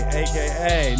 aka